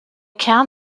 kern